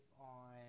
on